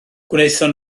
gwnaethon